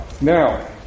Now